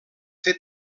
fer